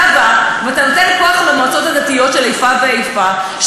אתה נותן כוח למועצות הדתיות, של איפה ואיפה.